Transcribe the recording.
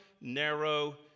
narrow